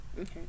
okay